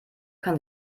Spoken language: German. kann